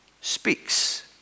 speaks